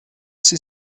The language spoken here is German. sie